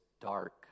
dark